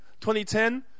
2010